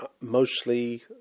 mostly